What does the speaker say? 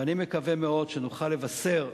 ואני מקווה מאוד שנוכל לבשר,